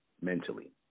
mentally